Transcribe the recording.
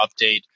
update